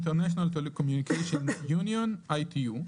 International Telecommunication Union (ITU)